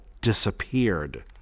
disappeared